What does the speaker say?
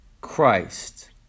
Christ